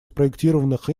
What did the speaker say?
спроектированных